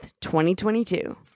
2022